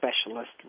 specialist